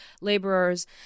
laborers